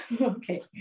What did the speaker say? okay